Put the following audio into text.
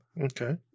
Okay